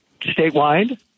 statewide